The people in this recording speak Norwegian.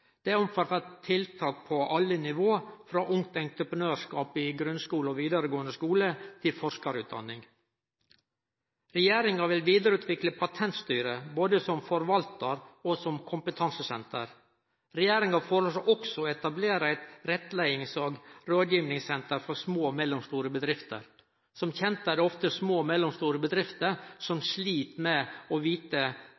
området. Det omfattar tiltak på alle nivå, frå Ungt Entreprenørskap i grunnskole og vidaregåande skole til forskarutdanning. Regjeringa vil vidareutvikle Patentstyret, både som forvaltar og som kompetansesenter. Regjeringa foreslår også å etablere eit rettleiings- og rådgjevingssenter for små og mellomstore bedrifter. Som kjent er det ofte små og mellomstore bedrifter som